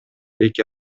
эки